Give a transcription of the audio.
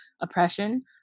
oppression